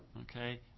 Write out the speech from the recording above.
Okay